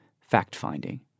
fact-finding